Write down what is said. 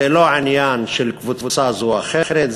זה לא עניין של קבוצה זו או אחרת,